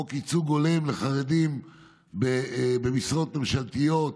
חוק ייצוג הולם לחרדים במשרות ממשלתיות,